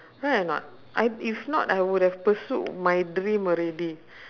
right or not I if not I would have pursued my dream already